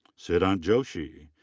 siddhant joshi.